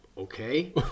Okay